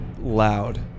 loud